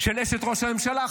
של אשת ראש הממשלה.